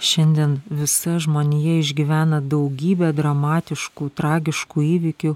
šiandien visa žmonija išgyvena daugybę dramatiškų tragiškų įvykių